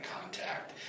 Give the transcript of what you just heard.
contact